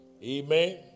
Amen